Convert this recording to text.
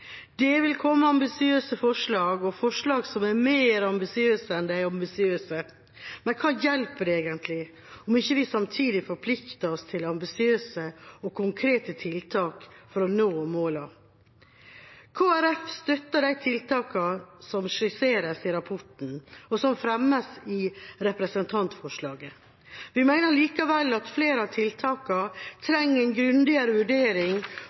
Det vil komme ambisiøse forslag og forslag som er mer ambisiøse enn de ambisiøse. Men hva hjelper det egentlig, om vi ikke samtidig forplikter oss til ambisiøse og konkrete tiltak for å nå målene? Kristelig Folkeparti støtter de tiltakene som skisseres i rapporten, og som fremmes i representantforslaget. Vi mener likevel at flere av tiltakene trenger en grundigere vurdering